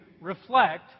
reflect